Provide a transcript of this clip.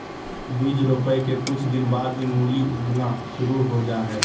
बीज रोपय के कुछ दिन बाद ही मूली उगना शुरू हो जा हय